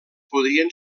podrien